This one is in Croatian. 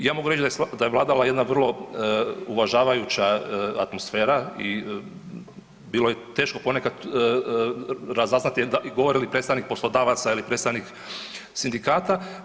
Ja mogu reći da je vladala jedna vrlo uvažavajuća atmosfera i bilo je teško ponekad razaznati govori li predstavnik poslodavaca ili predstavnik sindikata.